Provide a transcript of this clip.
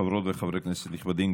חברות וחברי כנסת נכבדים,